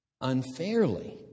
unfairly